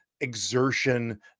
exertion